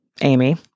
Amy